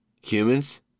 Humans